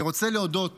אני רוצה להודות